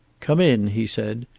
come in, he said.